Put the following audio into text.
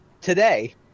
today